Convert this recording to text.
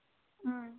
ம்